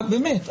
באמת.